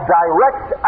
direct